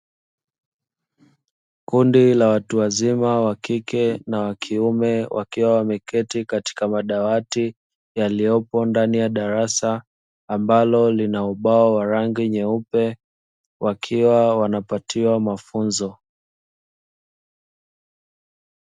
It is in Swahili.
Kundi la watu wazima wa kike na wa kiume wakiwa wameketi katika madawati, yaliyopo ndani ya darasa ambalo lina ubao wa rangi nyeupe wakiwa wanapatiwa mafunzo.